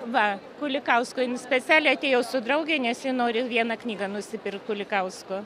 va kulikausko jin specialiai atėjau su drauge nes ji nori vieną knygą nusipirkt kulikausko